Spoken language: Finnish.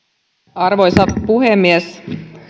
arvoisa puhemies